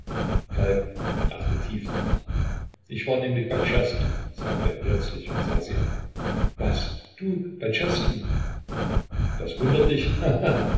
dachte tief nach ich war nämlich bei czerski sagte er plötzlich und sah sie an was du bei czerski das wundert dich